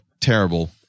terrible